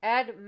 Add